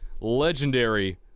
legendary